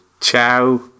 ciao